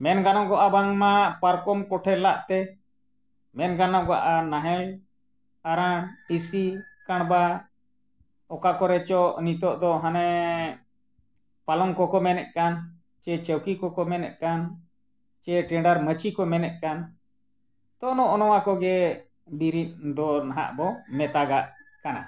ᱢᱮᱱ ᱜᱟᱱᱚᱜᱚᱜᱼᱟ ᱵᱟᱝᱢᱟ ᱯᱟᱨᱠᱚᱢ ᱠᱚᱴᱷᱮ ᱞᱟᱜᱛᱮ ᱢᱮᱱ ᱜᱟᱱᱚᱜᱚᱜᱼᱟ ᱱᱟᱦᱮᱞ ᱟᱨᱟᱬ ᱤᱥᱤ ᱠᱟᱬᱵᱟ ᱚᱠᱟ ᱠᱚᱨᱮ ᱪᱚ ᱱᱤᱛᱳᱜ ᱫᱚ ᱦᱟᱱᱮ ᱯᱟᱞᱚᱝ ᱠᱚᱠᱚ ᱢᱮᱱᱮᱫ ᱠᱟᱱ ᱥᱮ ᱪᱳᱣᱠᱤ ᱠᱚᱠᱚ ᱢᱮᱱᱮᱫ ᱠᱟᱱ ᱥᱮ ᱴᱮᱸᱰᱟᱨ ᱢᱟᱪᱤ ᱠᱚ ᱢᱮᱱᱮᱫ ᱠᱟᱱ ᱛᱚ ᱱᱚᱜᱼᱚ ᱱᱟ ᱠᱚᱜᱮ ᱵᱤᱨᱤᱫ ᱫᱚ ᱱᱟᱜ ᱵᱚᱱ ᱢᱮᱛᱟᱜᱟᱜ ᱠᱟᱱᱟ